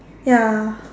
ya